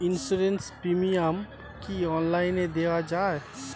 Insurance premium কি online দেওয়া যায়?